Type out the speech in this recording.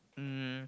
um